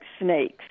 snakes